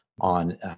on